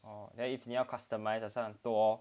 oh then if 你要 customise 很多